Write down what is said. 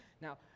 Now